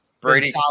Brady